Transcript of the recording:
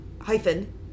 hyphen